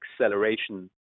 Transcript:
acceleration